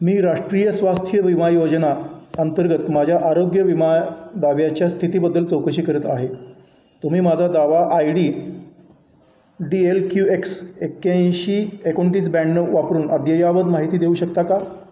मी राष्ट्रीय स्वास्थ्य विमा योजना अंतर्गत माझ्या आरोग्य विमा दाव्याच्या स्थितीबद्दल चौकशी करत आहे तुम्ही माझा दावा I D D L Q X एक्क्याऐंशी एकोणतीस ब्याण्णव वापरून अद्ययावत माहिती देऊ शकता का